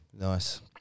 Nice